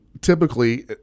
typically